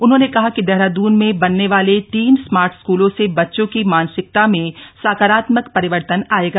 उन्होंने कहा कि देहरादून में बनने वाले तीन स्मार्ट स्कूलों से बच्चों की मानसिकता में सकारात्मक परिवर्तन आयेगा